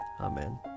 Amen